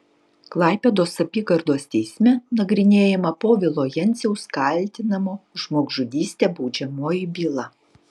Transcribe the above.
klaipėdos apygardos teisme nagrinėjama povilo jenciaus kaltinamo žmogžudyste baudžiamoji byla